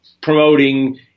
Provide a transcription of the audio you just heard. promoting